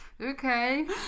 Okay